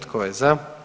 Tko je za?